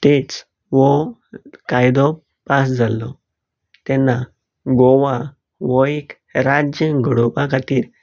states हो कायदो पास जाल्लो तेन्ना गोवा हो एक राज्य घडोवपा खातीर